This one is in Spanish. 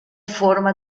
forma